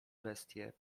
bestie